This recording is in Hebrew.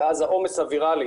ואז העומס הוויראלי